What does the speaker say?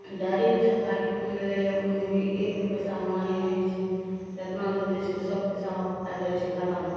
dairy भी सरकारी खुलि गेलैए ओहिमे भी एक भी पइसा बइमानी नहि होइ छै जतना दूध दै छै ओसब पइसा वा आबि जाइ छै खातामे